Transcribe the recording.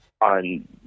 on